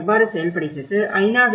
நா எவ்வாறு செயல்படுகிறது ஐ